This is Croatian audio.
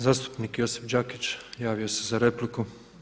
Zastupnik Josip Đakić javio se za repliku.